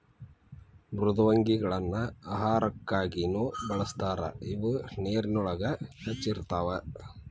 ಮೃದ್ವಂಗಿಗಳನ್ನ ಆಹಾರಕ್ಕಾಗಿನು ಬಳಸ್ತಾರ ಇವ ನೇರಿನೊಳಗ ಹೆಚ್ಚ ಇರತಾವ